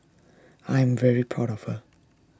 I'm very proud of her